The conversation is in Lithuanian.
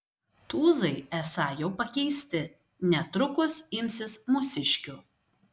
tūzai esą jau pakeisti netrukus imsis mūsiškių